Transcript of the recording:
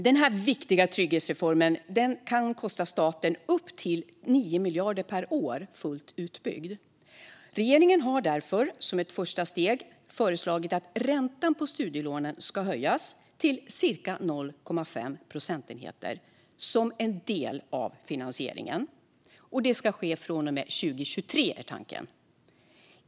Denna viktiga trygghetsreform kan kosta staten upp till 9 miljarder per år fullt utbyggd. Regeringen har därför, som ett första steg, föreslagit att räntan på studielånen ska höjas med cirka 0,5 procentenheter som en del av finansieringen. Tanken är att det ska ske från och med 2023.